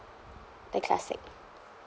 the classic